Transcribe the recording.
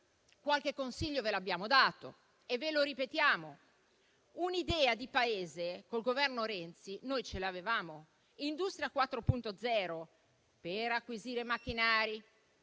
Qualche consiglio ve l'abbiamo dato e ve lo ripetiamo. Un'idea di Paese con il Governo Renzi noi ce l'avevamo. Industria 4.0, per acquisire macchinari,